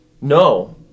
No